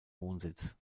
wohnsitz